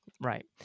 Right